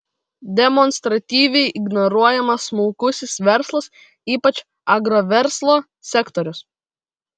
demonstratyviai ignoruojamas smulkusis verslas ypač agroverslo sektorius